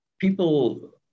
People